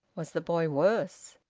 was the boy worse?